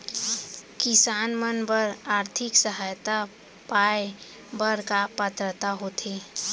किसान मन बर आर्थिक सहायता पाय बर का पात्रता होथे?